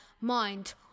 mind